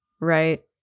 Right